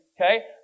okay